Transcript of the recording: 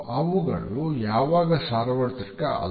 ಅವುಗಳು ಯಾವಾಗಲೂ ಸಾರ್ವತ್ರಿಕ ಅಲ್ಲ